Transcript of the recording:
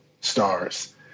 stars